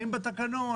האם בתקנון?